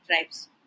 tribes